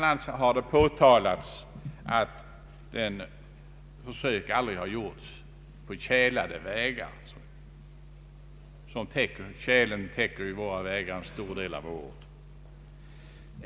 a. har det påtalats att försök aldrig utförts på tjälade vägar; tjälen ligger ju över våra vägar en stor del av året.